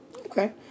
Okay